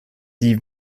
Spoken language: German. die